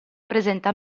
presenta